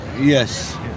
Yes